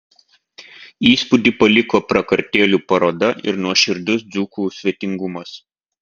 įspūdį paliko prakartėlių paroda ir nuoširdus dzūkų svetingumas